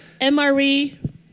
MRE